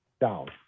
down